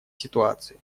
ситуации